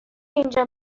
اینجا